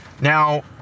Now